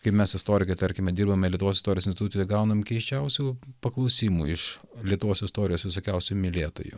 kaip mes istorikai tarkime dirbame lietuvos istorijos institute gaunam keisčiausių paklausimų iš lietuvos istorijos visokiausių mylėtojų